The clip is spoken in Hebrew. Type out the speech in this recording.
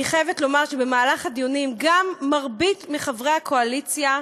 אני חייבת לומר שבדיונים גם רבים מחברי הקואליציה,